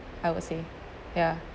I will say ya